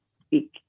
speak